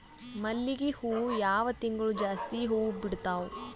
ಮಲ್ಲಿಗಿ ಹೂವು ಯಾವ ತಿಂಗಳು ಜಾಸ್ತಿ ಹೂವು ಬಿಡ್ತಾವು?